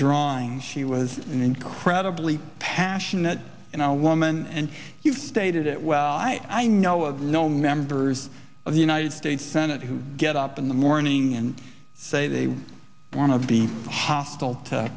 drawing she was incredibly passionate and i woman and you've stated it well i know of no members of the united states senate who get up in the morning and say they want to be hostile to